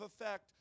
effect